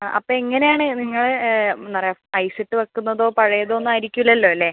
ആ അപ്പോൾ എങ്ങനെയാണ് നിങ്ങൾ പറ ഐസിട്ട് വെക്കുന്നതോ പഴയതൊന്നും ആയിരിക്കില്ലല്ലോ അല്ലേ